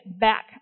back